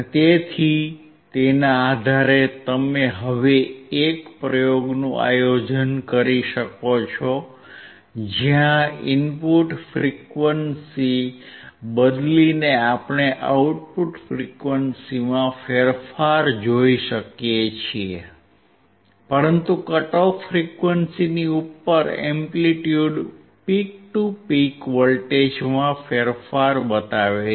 તેથી તેના આધારે તમે હવે એક પ્રયોગનું આયોજન કરી શકો છો જ્યાં ઇનપુટ ફ્રીક્વન્સી બદલીને આપણે આઉટપુટ ફ્રીક્વન્સીમાં ફેરફાર જોઈ શકીએ છીએ પરંતુ કટ ઓફ ફ્રીક્વન્સીની ઉપર એમ્પ્લિટ્યુડ પીક ટુ પીક વોલ્ટેજમાં ફેરફાર બતાવે છે